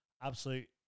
absolute